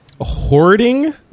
Hoarding